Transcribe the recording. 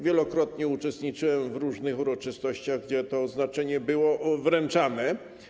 Wielokrotnie uczestniczyłem w różnych uroczystościach, na których to odznaczenie było wręczane.